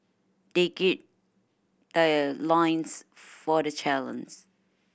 they gird their loins for the challenge